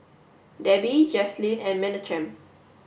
Debby Jaslene and Menachem